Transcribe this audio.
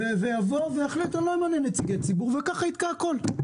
יבואו ויחליטו שלא ממנים נציגי ציבור וכך יתקעו את הכול.